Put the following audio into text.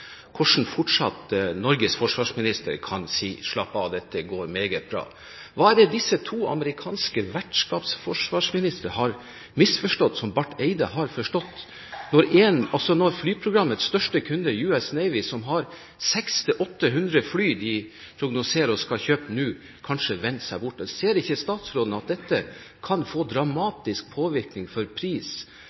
Norges forsvarsminister fortsatt kan si: Slapp av, dette går meget bra. Hva er det disse to amerikanske vertskapsforsvarsministrene har misforstått, som Barth Eide har forstått, når flyprogrammets største kunde, US Navy, som har 600–800 fly som de prognoserer og skal kjøpe nå, kanskje vender seg bort? Ser ikke statsråden at dette kan få dramatisk påvirkning på pris,